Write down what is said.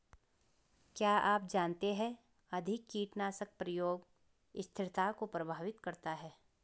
क्या आप जानते है अधिक कीटनाशक प्रयोग स्थिरता को प्रभावित करता है?